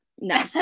No